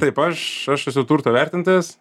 taip aš aš esu turto vertintojas